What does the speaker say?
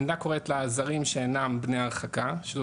המדינה קוראת לה זרים שאינם בני הרחקה שזו